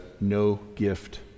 no-gift